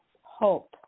hope